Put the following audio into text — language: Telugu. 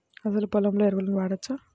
అసలు పొలంలో ఎరువులను వాడవచ్చా?